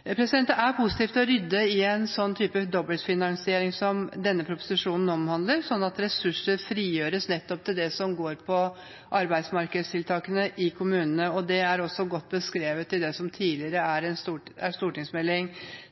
Det er positivt å rydde i en slik type dobbeltfinansiering som denne proposisjonen omhandler, slik at ressurser frigjøres nettopp til det som handler om arbeidsmarkedstiltakene i kommunene. Det er også godt beskrevet i Meld. St. 30 for